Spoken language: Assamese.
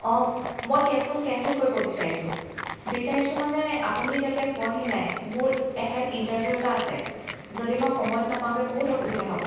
মই কেবখন কেঞ্চেল কৰিব বিচাৰিছোঁ বিচাৰিছোঁ মানে আপুনি এতিয়ালৈকে পোৱাহি নাই মোৰ এঠাইত ইণ্টাৰভিউ এটা আছে যদি মই সময়ত নাপাওঁগৈ বহুত অসুবিধা হ'ব